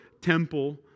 temple